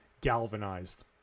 galvanized